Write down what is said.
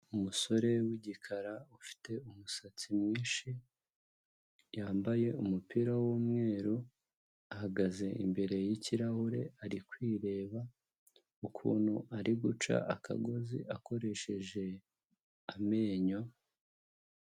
Umusore w'igikara ufite umusatsi mwinshi yambaye umupira w'umweru ahagaze imbere y'ikirahure ari kwireba ukuntu ari guca akagozi akoresheje amenyo.